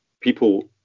people